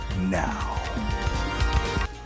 now